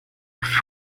nach